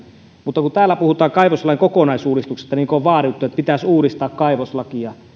mutta kun täällä puhutaan kaivoslain kokonaisuudistuksesta niin kuin on vaadittu että pitäisi uudistaa kaivoslakia